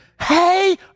hey